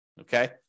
Okay